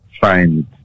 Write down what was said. find